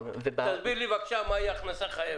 תסביר לי בבקשה מה היא הכנסה חייבת.